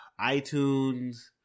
itunes